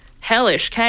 hellish